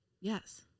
Yes